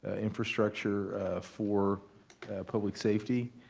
ah infrastructure for public safety,